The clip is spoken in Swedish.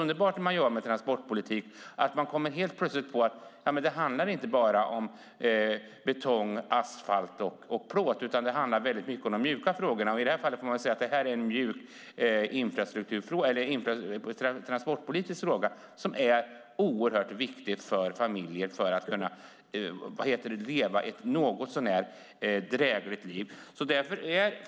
När man jobbar med transportpolitik kommer man plötsligt på att det inte bara handlar om betong, asfalt och plåt utan också om mjuka frågor. Man får väl säga att det här är en mjuk transportpolitisk fråga som är oerhört viktig för att familjer ska kunna leva ett någorlunda drägligt liv.